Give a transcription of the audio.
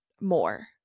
more